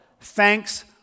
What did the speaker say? Thanks